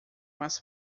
mais